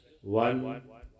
one